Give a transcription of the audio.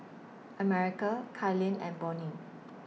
America Kailyn and Bonnie